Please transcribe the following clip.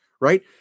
right